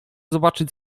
zobaczyć